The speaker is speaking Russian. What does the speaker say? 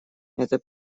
это